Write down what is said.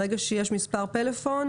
ברגע שיש מספר פלאפון,